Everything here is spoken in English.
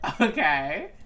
Okay